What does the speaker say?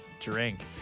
drink